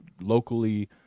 locally